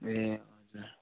ए हजुर